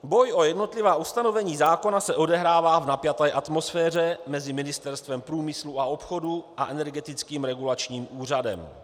Boj o jednotlivá ustanovení zákona se odehrává v napjaté atmosféře mezi Ministerstvem průmyslu a obchodu a Energetickým regulačním úřadem.